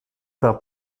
par